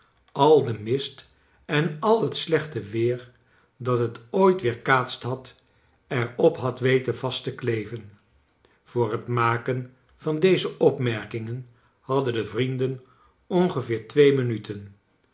al den mist en al het slechte weer dat het ooit weerkaatst had er op had weten vast te kleven voor het maken van deze opmerkingen hadden de vrienden ongeveer twee minuten